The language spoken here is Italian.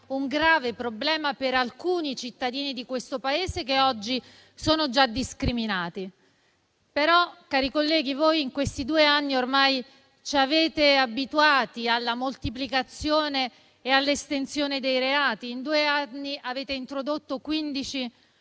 grave problema per alcuni cittadini di questo Paese, che oggi sono già discriminati. Cari colleghi, in questi due anni ormai ci avete abituati alla moltiplicazione e all'estensione dei reati; in due anni avete introdotto 15